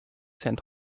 sent